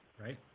right